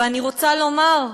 ואני רוצה לומר,